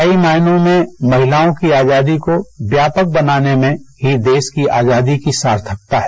कई मायनों में महिलाओं की आजादी को व्यापक बनाने में ही देश की आजादी की सार्थकता है